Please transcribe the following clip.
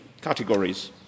categories